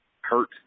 hurt